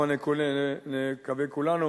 הבה נקווה כולנו